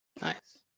Nice